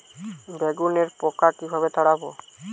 বেগুনের পোকা কিভাবে তাড়াব?